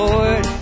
Lord